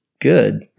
Good